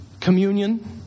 communion